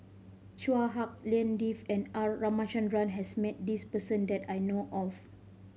Chua Hak Lien Dave and R Ramachandran has met this person that I know of